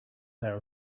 there